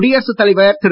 குடியரசுத் தலைவர் திரு